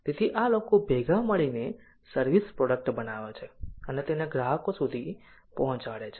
તેથી આ લોકો ભેગા મળીને સર્વિસ પ્રોડક્ટ બનાવે છે અને તેને ગ્રાહકો સુધી પહોંચાડે છે